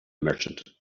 merchant